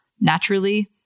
naturally